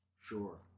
Sure